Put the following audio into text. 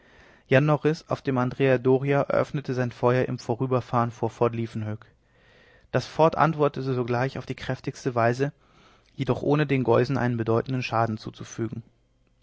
jan norris auf dem andrea doria eröffnete sein feuer im vorüberfahren vor fort liefkenhoek das fort antwortete sogleich auf die kräftigste weise jedoch ohne den geusen einen bedeutenden schaden zuzufügen